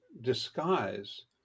disguise